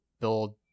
build